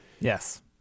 Yes